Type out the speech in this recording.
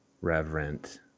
reverent